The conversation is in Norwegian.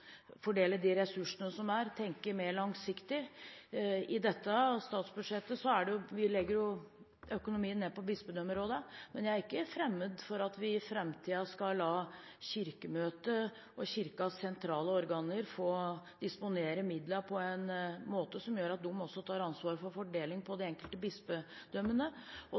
ressursene og tenke mer langsiktig. I dette statsbudsjettet legger vi økonomien til bispedømmerådene, men jeg er ikke fremmed for at vi i framtiden skal la Kirkemøtet og Kirkens sentrale organer få disponere midlene på en måte som gjør at de også tar ansvaret for fordelingen på de enkelte bispedømmene.